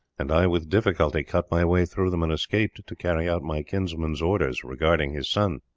and i with difficulty cut my way through them and escaped to carry out my kinsman's orders regarding his son.